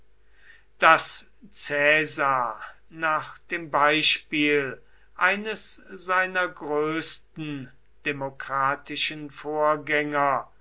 daß caesar nach dem beispiel eines seiner größten demokratischen vorgänger